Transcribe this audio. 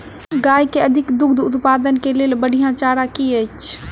गाय केँ अधिक दुग्ध उत्पादन केँ लेल बढ़िया चारा की अछि?